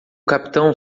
capitão